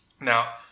Now